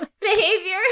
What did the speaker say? behavior